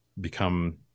become